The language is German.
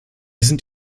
sind